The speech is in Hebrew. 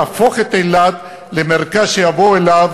להפוך את אילת למרכז שיבואו אליו